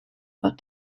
but